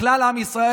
לכלל עם ישראל,